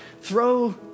Throw